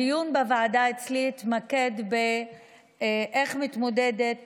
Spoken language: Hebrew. הדיון בוועדה אצלי התמקד באיך מתמודדת